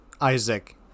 Isaac